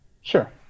Sure